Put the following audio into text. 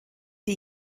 die